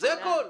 זה הכול.